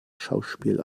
schauspiel